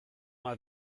mal